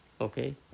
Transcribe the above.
Okay